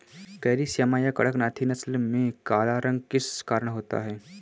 Carry Shyama या कड़कनाथी नस्ल में काला रंग किस कारण होता है?